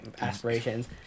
aspirations